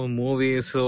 movies